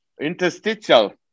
interstitial